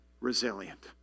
resilient